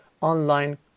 online